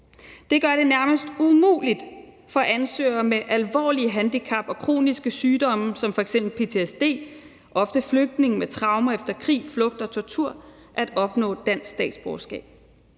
Det gør det nærmest umuligt for ansøgere med alvorlige handicap og kroniske sygdomme som f.eks. ptsd, ofte flygtninge med traumer efter krig, flugt og tortur, at opnå dansk statsborgerskab.